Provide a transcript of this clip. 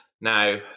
Now